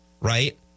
right